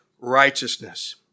righteousness